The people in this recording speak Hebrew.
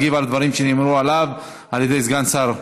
בעד, 14, אין מתנגדים,